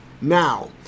Now